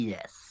Yes